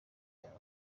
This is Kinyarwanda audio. yawe